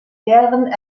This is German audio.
deren